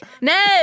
No